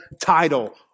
title